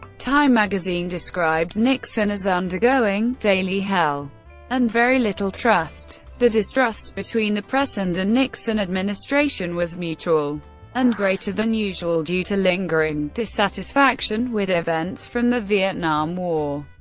time magazine described nixon as undergoing daily hell and very little trust. the distrust between the press and the nixon administration was mutual and greater than usual due to lingering dissatisfaction with events from the vietnam war.